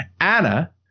Anna